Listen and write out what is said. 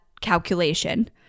calculation